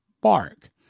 bark